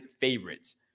favorites